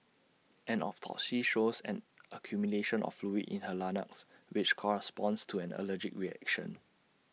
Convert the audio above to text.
an autopsy shows an accumulation of fluid in her larynx which corresponds to an allergic reaction